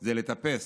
זה לטפס,